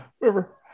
Remember